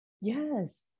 Yes